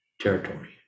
territory